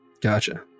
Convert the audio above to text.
Gotcha